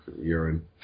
urine